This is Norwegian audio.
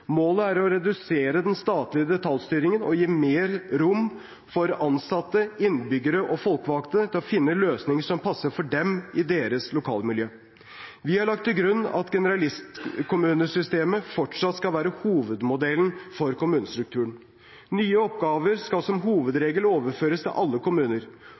Målet er å redusere den statlige detaljstyringen og gi mer rom for ansatte, innbyggere og folkevalgte til å finne løsninger som passer for dem i deres lokalmiljø. Vi har lagt til grunn at generalistkommunesystemet fortsatt skal være hovedmodellen for kommunesektoren. Nye oppgaver skal som hovedregel overføres til alle kommuner.